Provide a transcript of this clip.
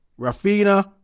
Rafina